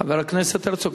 חבר הכנסת הרצוג,